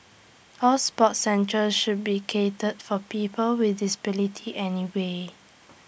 all sports centres should be catered for people with disabilities anyway